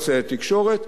אמצעי תקשורת.